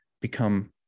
become